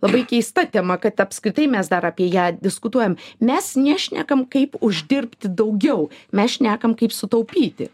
labai keista tema kad apskritai mes dar apie ją diskutuojam mes nešnekam kaip uždirbti daugiau mes šnekam kaip sutaupyti